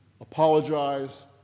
apologize